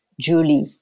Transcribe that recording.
Julie